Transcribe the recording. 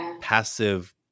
passive